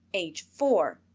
age four.